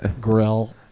Grill